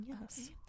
yes